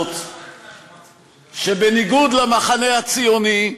שבניגוד למחנה הציוני,